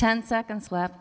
ten seconds left